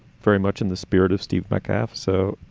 very much in the spirit of steve metcalf. so